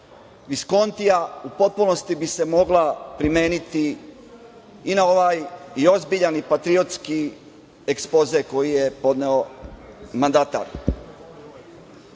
iz Kontija u potpunosti bi se mogla primeniti i na ovaj i ozbiljan i patriotski ekspoze koji je podneo mandatar. Mogao